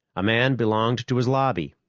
a man belonged to his lobby,